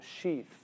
sheath